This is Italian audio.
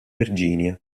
virginia